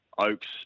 Oaks